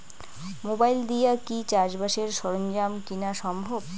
Mobile দিয়া কি চাষবাসের সরঞ্জাম কিনা সম্ভব?